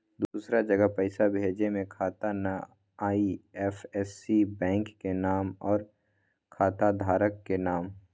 दूसरा जगह पईसा भेजे में खाता नं, आई.एफ.एस.सी, बैंक के नाम, और खाता धारक के नाम?